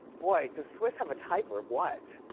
boy, does swizz have a type or what?